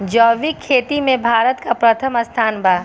जैविक खेती में भारत का प्रथम स्थान बा